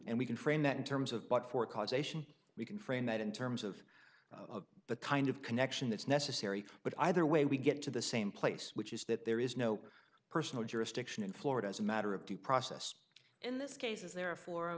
and we can frame that in terms of but for causation we can frame it in terms of the kind of connection that's necessary but either way we get to the same place which is that there is no personal jurisdiction in florida as a matter of due process in this case is there